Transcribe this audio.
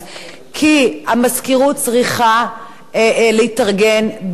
כי המזכירות צריכה להתארגן בהתאם.